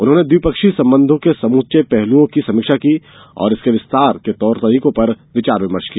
उन्होंने द्विपक्षीय संबंधों के समूचे पहलूओं की समीक्षा की और इसके और विस्तार के तौर तरीकों पर विचार विमर्श किया